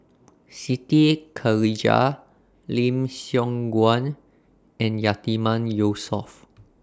Siti Khalijah Lim Siong Guan and Yatiman Yusof